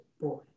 boy